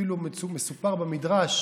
אפילו מסופר במדרש